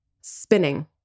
spinning